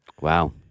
Wow